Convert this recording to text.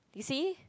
you see